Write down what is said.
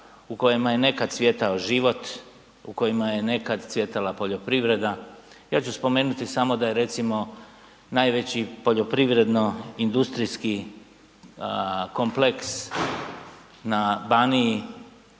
u kojima je nekad cvjetao život, u kojima je nekad cvjetala poljoprivreda. Ja ću spomenuti samo da je recimo, najveći poljoprivredno-industrijski kompleks na Baniji